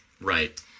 Right